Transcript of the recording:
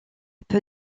peu